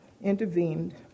intervened